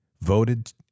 voted